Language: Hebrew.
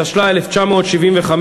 התשל"ה 1975,